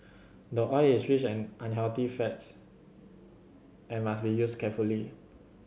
the oil is rich an unhealthy fats and must be used carefully